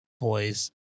boys